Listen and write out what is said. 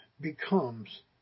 becomes